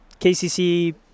KCC